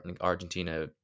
argentina